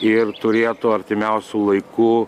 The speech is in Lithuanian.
ir turėtų artimiausiu laiku